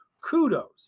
Kudos